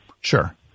Sure